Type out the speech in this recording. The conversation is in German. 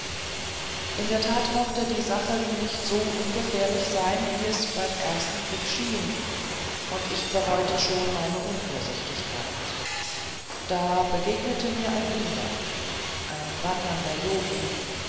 in der tat mochte die sache nicht so ungefährlich sein wie es beim ersten blick schien und ich bereute schon meine unvorsichtigkeit da begegnete mir ein inder ein wandernder yogi